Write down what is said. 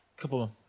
couple